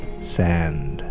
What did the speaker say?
sand